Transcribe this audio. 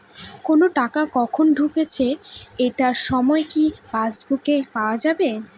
কোনো টাকা কখন ঢুকেছে এটার সময় কি পাসবুকে পাওয়া যাবে?